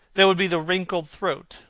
there would be the wrinkled throat,